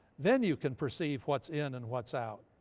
then you can perceive what's in and what's out,